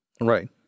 Right